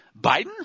Biden